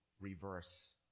reverse